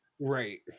Right